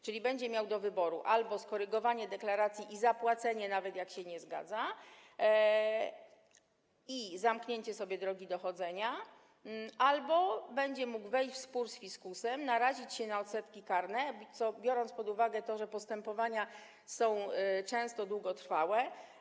Czyli będzie miał do wyboru albo skorygowanie deklaracji i zapłacenie różnicy, nawet jak się z tym nie zgadza, i zamknięcie sobie drogi dochodzenia, albo będzie mógł wejść w spór z fiskusem i narazić się na odsetki karne, bardzo poważne, biorąc pod uwagę to, że postępowania są często długotrwałe.